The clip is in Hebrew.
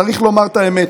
צריך לומר את האמת,